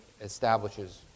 establishes